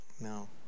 no